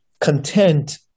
content